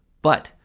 but!